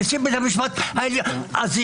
אני